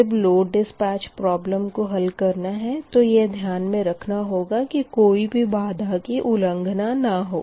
जब load dispatch problem को हल करना है तो यह ध्यान मे रखना होगा कि कोई भी बाधा की उल्लंघना ना हो